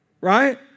Right